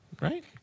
right